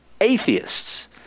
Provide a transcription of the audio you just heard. Atheists